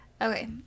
okay